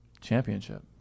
championship